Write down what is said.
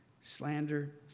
slander